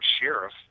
sheriff